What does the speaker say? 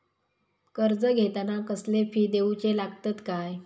कर्ज घेताना कसले फी दिऊचे लागतत काय?